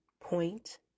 point